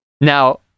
now